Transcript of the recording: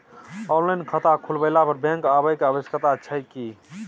Online खाता खुलवैला पर बैंक आबै के आवश्यकता छै की?